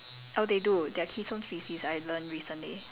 oh they do they are keystone species I learn recently